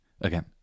again